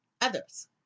others